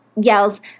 yells